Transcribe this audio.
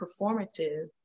performative